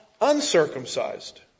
uncircumcised